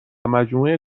مجموعه